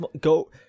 Go